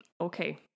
Okay